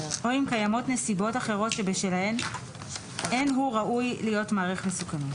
או אם קיימות נסיבות אחרות שבשלהן אין הוא ראוי להיות מעריך מסוכנות.